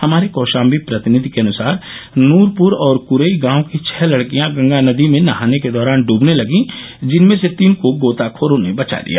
हमारे कौशाम्बी प्रतिनिधि के अनुसार नुरपुर और कुर्र गांव की छः लडकियां गंगा नदी में नहाने के दौरान ड्वने लगीं जिनमें से तीन को गोताखोरों ने बचा लिया